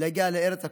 להגיע לארץ הקודש,